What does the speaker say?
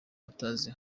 batazi